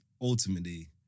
ultimately